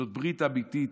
זו ברית אמיתית,